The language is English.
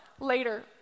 later